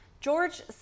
George